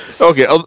Okay